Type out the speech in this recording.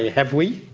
have we?